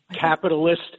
capitalist